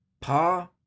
Pa